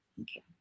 Okay